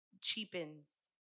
cheapens